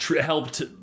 Helped